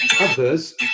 others